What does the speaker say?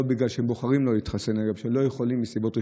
ולא בגלל שהם בוחרים לא להתחסן אלא כי הם לא יכולים מסיבות רפואיות,